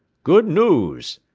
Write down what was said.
good news!